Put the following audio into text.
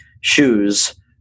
shoes